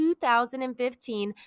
2015